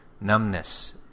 Numbness